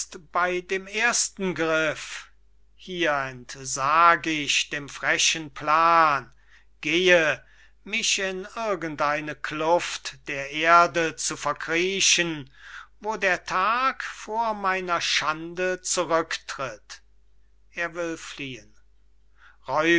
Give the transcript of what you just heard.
bey dem ersten griff hier entsag ich dem frechen plan gehe mich in irgend eine kluft der erde zu verkriechen wo der tag vor meiner schande zurücktritt